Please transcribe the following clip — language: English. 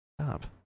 stop